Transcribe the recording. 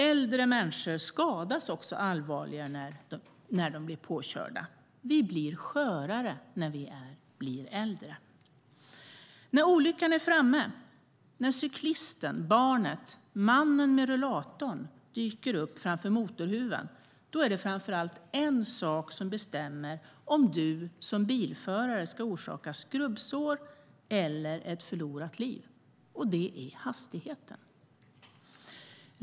Äldre människor skadas också allvarligare när de blir påkörda. Vi blir skörare när vi blir äldre. När olyckan är framme, när cyklisten, barnet eller mannen med rullatorn dyker upp framför motorhuven, är det framför allt en sak som bestämmer om du som bilförare ska orsaka skrubbsår eller ett förlorat liv, och det är hastigheten.